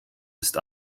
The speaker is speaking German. ist